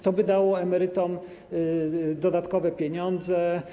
To by dało emerytom dodatkowe pieniądze.